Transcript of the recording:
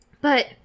But-